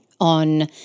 on